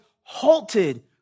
halted